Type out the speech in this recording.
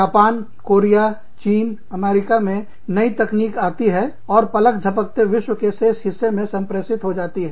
Japan Korea चीन America से नई तकनीक आती है और पलक झपकते विश्व के शेष हिस्सों में संप्रेषित हो जाती है